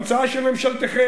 המצאה של ממשלתכם.